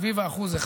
סביב ה-1%,